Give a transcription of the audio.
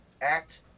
act